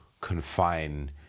confine